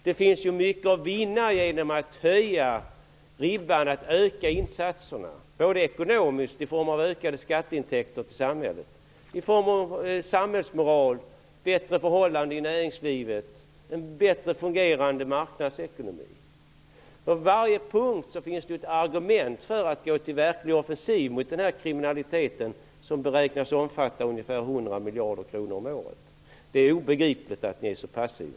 Det finns ju mycket att vinna genom att höja ribban och öka insatserna, ekonomiskt i form av ökade skatteintäkter för samhället samt genom en högre samhällsmoral, bättre förhållanden i näringslivet och en bättre fungerande marknadsekonomi. På varje punkt finns det ett argument för att gå till offensiv mot denna kriminalitet, som beräknas omfatta ungefär 100 miljarder kronor om året. Det är obegripligt att ni är så passiva.